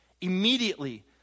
Immediately